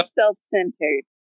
self-centered